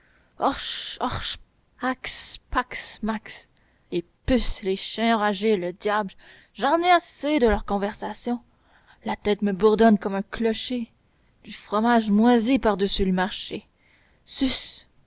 max les puces les chiens enragés le diable j'en ai assez de leur conversation la tête me bourdonne comme un clocher du fromage moisi par-dessus le marché sus